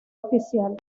oficial